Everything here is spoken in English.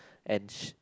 and sh~